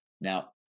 Now